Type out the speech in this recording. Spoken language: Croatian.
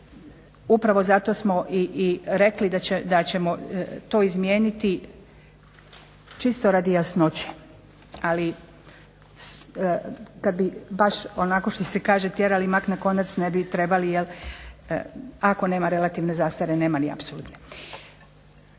upravo zato smo rekli da ćemo to izmijeniti čisto radi jasnoće. Ali kada bi baš onako što se kaže tjerali mak na konac ne bi trebali ako nema relativne nema ni apsolutne.